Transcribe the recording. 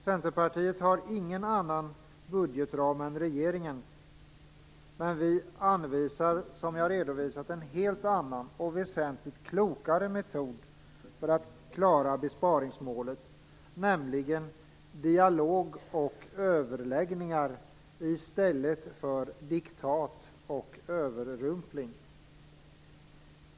Centerpartiet har ingen annan budgetram än regeringens, men vi anvisar, som jag redovisat, en helt annan - och väsentligt klokare - metod för att klara besparingsmålet, nämligen dialog och överläggningar i stället för diktat och överrumpling.